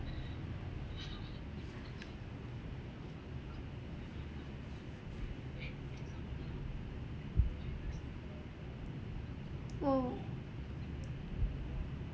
oh